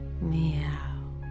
meow